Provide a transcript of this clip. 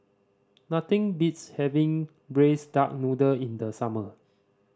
nothing beats having Braised Duck Noodle in the summer